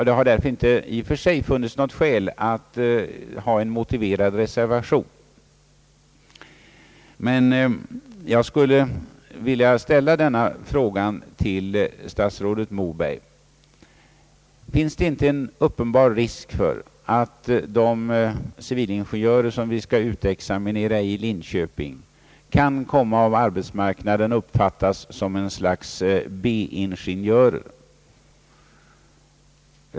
Det har därför i och för sig inte funnits skäl att avge en motiverad reservation, men jag skulle vilja ställa denna fråga till statsrådet Moberg: Finns det inte en uppenbar risk för att de civilingenjörer som skall utexamineras i Linköping av arbetsmarknaden kan komma att uppfattas som ett slags B-ingenjörer?